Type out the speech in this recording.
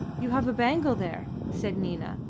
you have a bangle there, said nina,